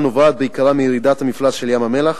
הנובעת בעיקרה מירידת המפלס של ים-המלח